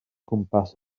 gwmpas